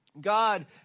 God